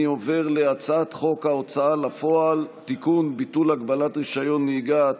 עובר להצעת חוק ההוצאה לפועל (תיקון ביטול הגבלת רישיון נהיגה),